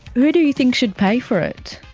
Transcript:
who do you think should pay for it?